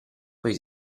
puoi